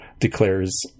declares